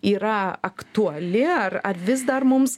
yra aktuali ar ar vis dar mums